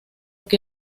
que